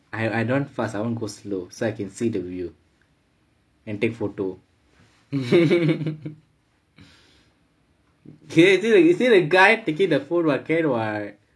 I I don't want fast I want go slow so that I can see the wheel and take photo you see the guy taking phone what can [what]